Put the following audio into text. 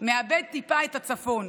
מאבד טיפה את הצפון.